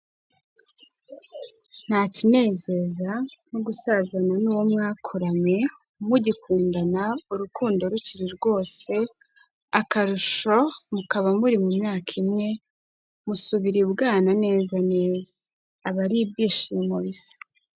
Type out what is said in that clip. Nta kinezeza nko gusazana n'uwo mwakuranye mugikundana, urukundo rukiri rwose, akarusho mukaba muri mu myaka imwe, musubira ibwana neza neza, aba ari ibyishimo bisa.